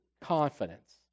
confidence